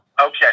Okay